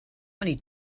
many